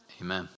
Amen